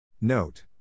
Note